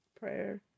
prayer